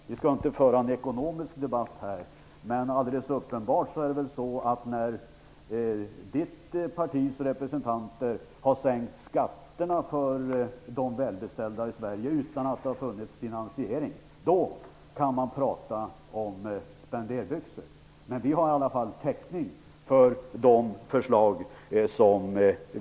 Vi skall inte föra en ekonomisk debatt här i dag. När Birger Hagårds partis representanter har sänkt skatterna för de välbeställda i Sverige utan att det funnits finansiering, då kan man prata om spenderbyxor. Vi har i alla fall täckning för våra förslag.